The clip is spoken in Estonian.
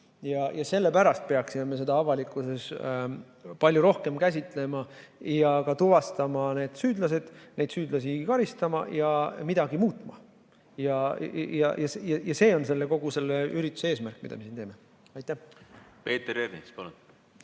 Sellepärast peaksime me seda avalikkuses palju rohkem käsitlema ja ka tuvastama süüdlased, neid karistama ja midagi muutma. See on kogu selle ürituse eesmärk, mida me siin teeme. Peeter Ernits, palun!